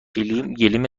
گلیم